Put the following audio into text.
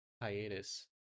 hiatus